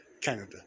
Canada